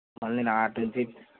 మళ్ళీ నేను అటు నుంచి